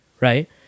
right